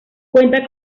cuenta